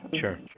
Sure